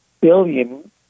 billion